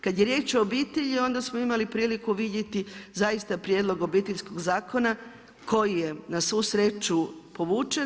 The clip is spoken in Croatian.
Kad je riječ o obitelji onda smo imali priliku vidjeti zaista prijedlog Obiteljskog zakona koji je na svu sreću povučen.